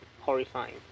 horrifying